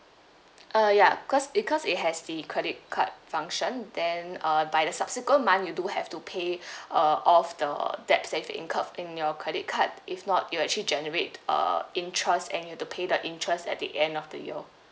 uh ya because because it has the credit card function then uh by the subsequent month you do have to pay uh off the debts you've incurred in your credit card if not it'll actually generate uh interest and you have to pay the interest at the end of the year